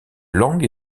langue